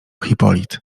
hipolit